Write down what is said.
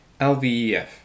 LVEF